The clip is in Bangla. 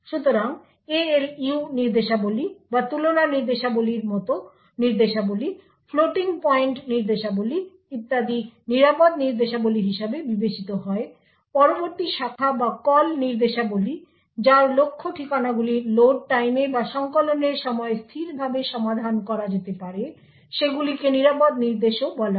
সুতরাং ALU নির্দেশাবলী বা তুলনা নির্দেশাবলীর মত নির্দেশাবলী ফ্লোটিং পয়েন্ট নির্দেশাবলী ইত্যাদি নিরাপদ নির্দেশাবলী হিসাবে বিবেচিত হয় পরবর্তী শাখা বা কল নির্দেশাবলী যার লক্ষ্য ঠিকানাগুলি লোড টাইমে বা সংকলনের সময় স্থিরভাবে সমাধান করা যেতে পারে সেগুলিকে নিরাপদ নির্দেশও বলা হয়